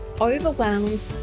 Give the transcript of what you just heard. overwhelmed